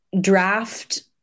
draft